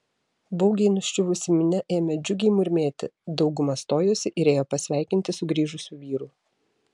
baugiai nuščiuvusi minia ėmė džiugiai murmėti dauguma stojosi ir ėjo pasveikinti sugrįžusių vyrų